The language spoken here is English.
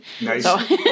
Nice